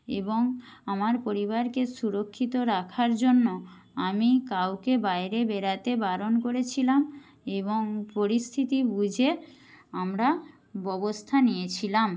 এবং আমার পরিবারকে সুরক্ষিত রাখার জন্য আমি কাউকে বাইরে বেরোতে বারণ করেছিলাম এবং পরিস্থিতি বুঝে আমরা ব্যবস্থা নিয়েছিলাম